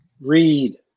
read